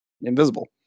invisible